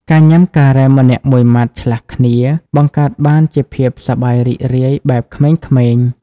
ការញ៉ាំការ៉េមម្នាក់មួយម៉ាត់ឆ្លាស់គ្នា បង្កើតបានជាភាពសប្បាយរីករាយបែបក្មេងៗ។